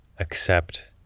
accept